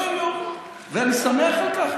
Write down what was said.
כל יום, ואני שמח על כך.